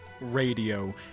Radio